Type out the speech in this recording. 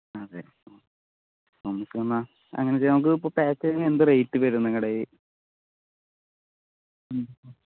അതേ നമുക്ക് എന്നാൽ അങ്ങനെ ചെയ്യാം നമുക്ക് ഇപ്പോൾ പാക്കേജിനു എന്ത് റേറ്റ് വരും നിങ്ങളുടെ മ്